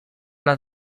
las